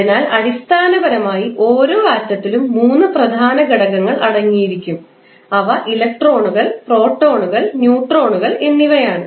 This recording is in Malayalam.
അതിനാൽ അടിസ്ഥാനപരമായി ഓരോ ആറ്റത്തിലും 3 പ്രധാന ഘടകങ്ങൾ അടങ്ങിയിരിക്കും അവ ഇലക്ട്രോണുകൾ പ്രോട്ടോണുകൾ ന്യൂട്രോണുകൾ എന്നിവയാണ്